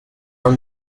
are